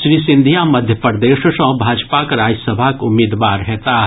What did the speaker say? श्री सिंधिया मध्य प्रदेश सॅ भाजपाक राज्यसभाक उम्मीदवार हेताह